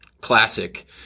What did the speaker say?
Classic